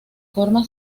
forma